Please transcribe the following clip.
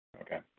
Okay